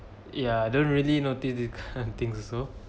ya I don't really notice this kind of things also